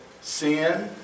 Sin